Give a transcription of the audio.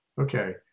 Okay